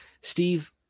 Steve